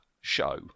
show